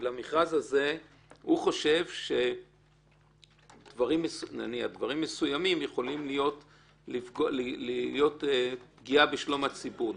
ובמכרז הזה הוא חושב שדברים מסוימים יכולים לפגוע בשלום הציבור,